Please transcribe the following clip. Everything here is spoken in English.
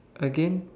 again